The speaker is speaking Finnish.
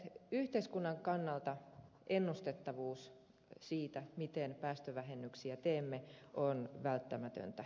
yhteiskunnan kannalta ennustettavuus siitä miten päästövähennyksiä teemme on välttämätöntä